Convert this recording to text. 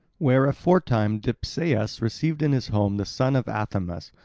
where aforetime dipsaeus received in his home the son of athamas,